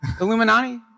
Illuminati